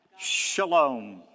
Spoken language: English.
Shalom